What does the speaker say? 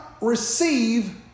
receive